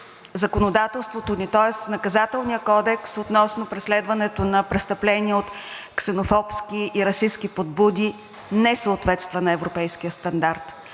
законодателството ни, тоест Наказателният кодекс, относно преследването на престъпления от ксенофобски и расистки подбуди не съответства на европейския стандарт.